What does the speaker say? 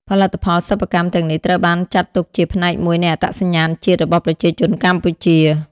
ផលិតផលសិប្បកម្ម ទាំងនេះត្រូវបានចាត់ទុកជាផ្នែកមួយនៃអត្តសញ្ញាណជាតិរបស់ប្រជាជនកម្ពុជា។